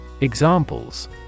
Examples